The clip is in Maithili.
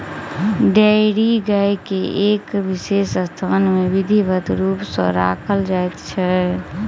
डेयरी गाय के एक विशेष स्थान मे विधिवत रूप सॅ राखल जाइत छै